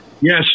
Yes